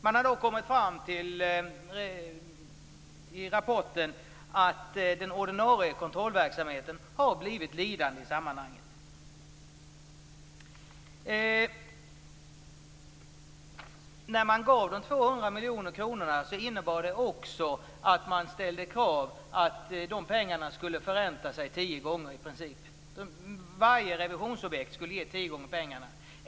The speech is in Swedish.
Man har i rapporten kommit fram till att ordinarie kontrollverksamhet har blivit lidande i sammanhanget. När man gav de 200 miljoner kronorna innebar det också att man ställde krav på att de pengarna skulle förränta sig i princip tio gånger - varje revisionsobjekt skulle ge tio gånger pengarna.